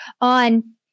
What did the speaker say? on